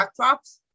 backdrops